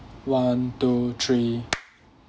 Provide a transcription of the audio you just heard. one two three